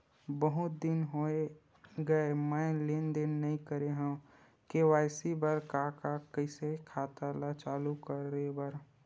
बहुत दिन हो गए मैं लेनदेन नई करे हाव के.वाई.सी बर का का कइसे खाता ला चालू करेबर?